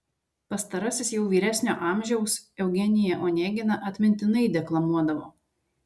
pastarasis jau vyresnio amžiaus eugeniją oneginą atmintinai deklamuodavo